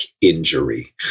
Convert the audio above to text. injury